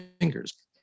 fingers